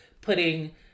putting